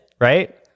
Right